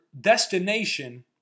destination